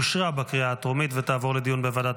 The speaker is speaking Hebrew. אושרה בקריאה הטרומית ותעבור לדיון בוועדת